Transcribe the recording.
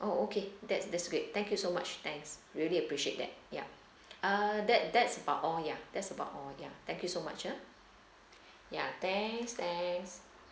oh okay that's that's great thank you so much thanks really appreciate that yup uh that that's about all ya that's about all ya thank you so much ah ya thanks thanks